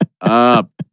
up